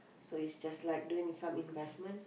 so it's just like doing some investment